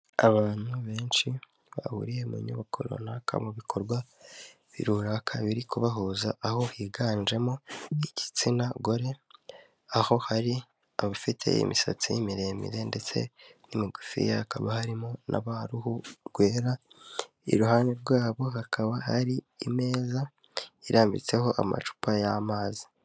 Abantu benshi bahuriye mu nyubako runaka mu bikorwa birura biri kubahuza aho higanjemo igitsina gore aho hari abafite imisatsi miremire ndetse n'imigufi hakaba harimo n'aba ruhu rwera iruhande rwabo hakaba hari imeza irambitseho amacupa y'amazi.